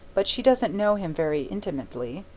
but she doesn't know him very intimately.